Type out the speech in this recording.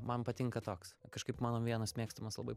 man patinka toks kažkaip mano vienas mėgstamas labai